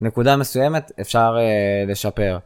נקודה מסוימת אפשר לשפר